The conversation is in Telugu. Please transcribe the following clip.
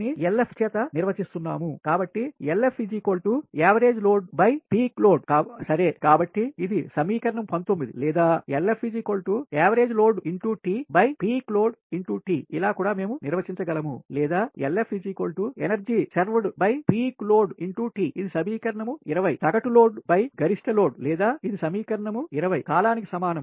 ని LF చేత నిర్వచిస్తున్నాము కాబట్టిLFaverage loadpeak loadసరే కాబట్టి ఇది సమీకరణం 19 లేదాLFaverage loadTpeak loadTఇలా కూడా మేము నిర్వచించగలము లేదాLFenergy servedpeak loadT ఇది సమీకరణం 20 సగటు లోడ్గరిష్ట లోడ్ లేదా ఇది సమీకరణం 20 T కాలానికి సమానం